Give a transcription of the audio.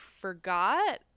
forgot